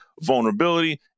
vulnerability